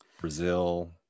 Brazil